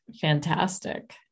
Fantastic